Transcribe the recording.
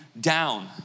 down